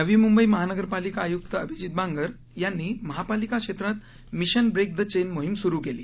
नवी मुंबई महानगरपालिका आयुक्त अभिजीत बांगर यांनी महापालिका क्षेत्रात मिशन ब्रेक द चेन मोहीम सुरू केली